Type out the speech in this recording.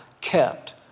kept